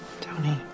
Tony